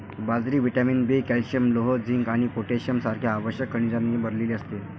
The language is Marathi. बाजरी व्हिटॅमिन बी, कॅल्शियम, लोह, झिंक आणि पोटॅशियम सारख्या आवश्यक खनिजांनी भरलेली असते